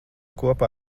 kopā